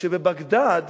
שבבגדד